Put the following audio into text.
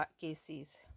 cases